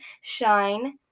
Shine